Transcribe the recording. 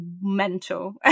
mental